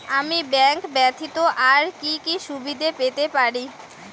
আমি ব্যাংক ব্যথিত আর কি কি সুবিধে পেতে পারি?